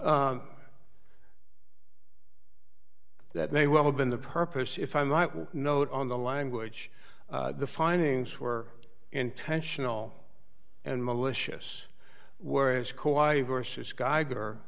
that may well have been the purpose if i might note on the language the findings were intentional and malicious whereas quiet versus geiger